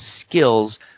skills